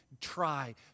try